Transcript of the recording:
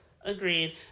Agreed